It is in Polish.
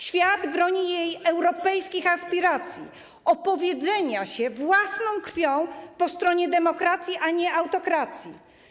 Świat broni jej europejskich aspiracji, bo opowiedziała się własną krwią po stronie demokracji, a nie po stronie autokracji.